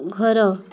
ଘର